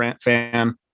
fan